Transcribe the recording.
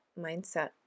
mindset